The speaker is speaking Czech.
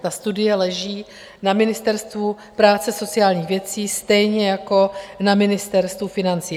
Ta studie leží na Ministerstvu práce a sociálních věcí stejně jako na Ministerstvu financí.